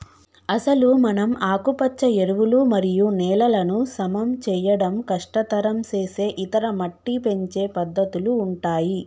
అసలు మనం ఆకుపచ్చ ఎరువులు మరియు నేలలను సమం చేయడం కష్టతరం సేసే ఇతర మట్టి పెంచే పద్దతుల ఉంటాయి